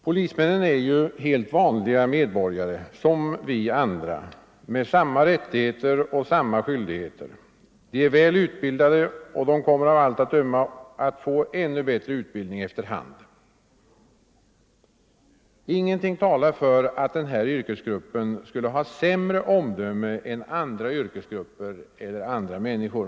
Polismännen är helt vanliga medborgare som vi andra med samma rättigheter och samma skyldigheter. De är väl utbildade och kommer av allt att döma att få ännu bättre utbildning efter hand. Ingenting talar för att den här yrkesgruppen skulle ha sämre omdöme än andra yrkesgrupper eller andra människor.